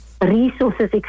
resources